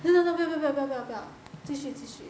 no no no 不要不要不要继续继续